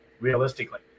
realistically